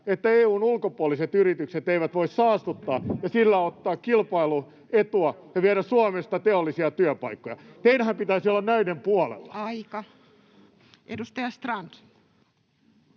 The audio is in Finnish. että EU:n ulkopuoliset yritykset eivät voi saastuttaa ja sillä ottaa kilpailuetua ja viedä Suomesta teollisia työpaikkoja. Teidänhän pitäisi olla näiden puolella. [Puhemies: Aika!]